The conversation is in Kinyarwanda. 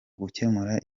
gukemura